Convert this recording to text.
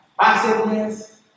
passiveness